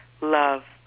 love